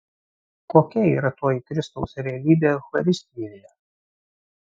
kokia yra toji kristaus realybė eucharistijoje